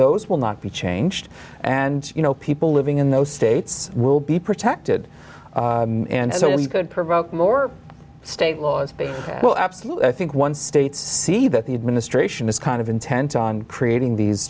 those will not be changed and you know people living in those states will be protected and so if you could provoke more state laws well absolutely i think one states see that the administration is kind of intent on creating these